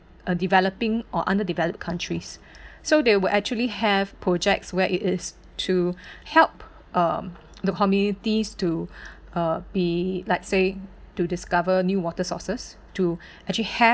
a developing or underdeveloped countries so they will actually have projects where it is to help uh the communities to uh be let's say to discover new water sources to actually have